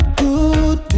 good